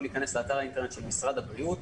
להיכנס לאתר האינטרנט של משרד הבריאות,